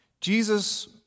Jesus